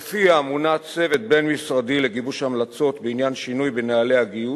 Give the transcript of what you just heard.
שלפיה מונה צוות בין-משרדי לגיבוש המלצות בעניין שינוי בנוהלי הגיוס,